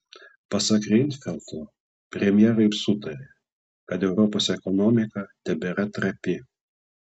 pasak reinfeldto premjerai sutarė kad europos ekonomika tebėra trapi